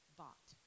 bought